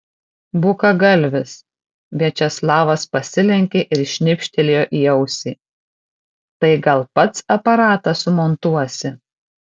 bukagalvis viačeslavas pasilenkė ir šnipštelėjo į ausį tai gal pats aparatą sumontuosi